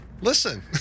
listen